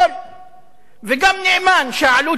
וגם נאמן, שהעלות שלו 300,000